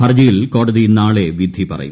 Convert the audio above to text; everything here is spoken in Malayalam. ഹർജിയിൽ കോടതി നാളെ വിധി പറയും